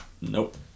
Nope